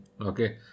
Okay